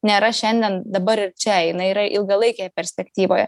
nėra šiandien dabar ir čia jinai yra ilgalaikėje perspektyvoje